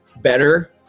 better